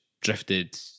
drifted